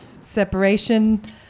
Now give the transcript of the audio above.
separation